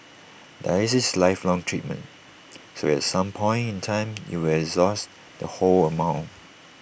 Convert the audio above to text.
dialysis is A lifelong treatment so at some point in time you will exhaust the whole amount